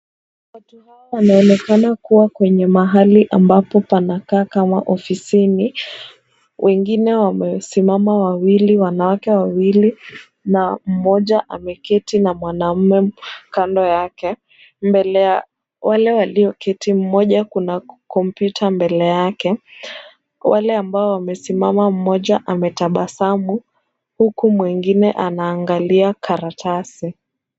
Watu hawa wanaonekana kuwa kwenye mahali ambapo panakaa kama ofisini, wengine wamesimama wawili, wanawake wawili na mmoja ameketi na mwanaume kando yake. Mbele ya wale walioketi, mmoja kuna kompyuta mbele yake. Wale ambao wamesimama, mmoja ametabasamu huku mwingine anaangalia karatasi.